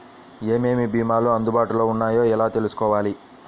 ఏమేమి భీమాలు అందుబాటులో వున్నాయో ఎలా తెలుసుకోవాలి?